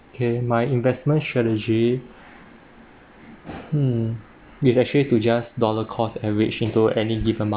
okay my investment strategy hmm is actually to just dollar cost average into any given mar~